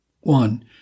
One